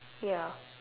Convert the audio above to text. ya